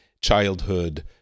childhood